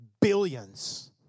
Billions